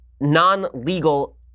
non-legal